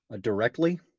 directly